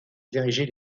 diriger